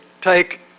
take